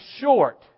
short